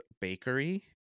bakery